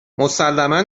مسلما